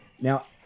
Now